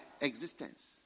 existence